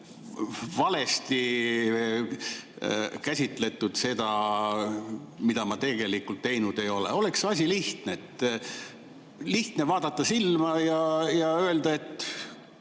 valesti mõistetud, seda ma tegelikult teinud ei ole." Oleks asi lihtne. Lihtne on vaadata silma ja öelda, et